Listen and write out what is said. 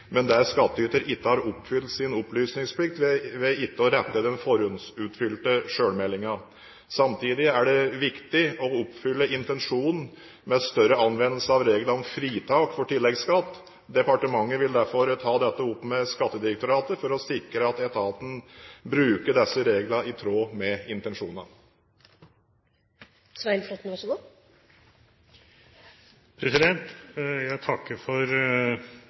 men der skattyter ikke har oppfylt sin opplysningsplikt ved ikke å rette den forhåndsutfylte sjølmeldinga. Samtidig er det viktig å oppfylle intensjonen med større anvendelse av reglene om fritak for tilleggsskatt. Departementet vil derfor ta dette opp med Skattedirektoratet for å sikre at etaten bruker disse reglene i tråd med intensjonene. Jeg takker for svaret. Den første delen, henvisningen til budsjettet, er for så vidt grei nok. Men jeg